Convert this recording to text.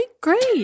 great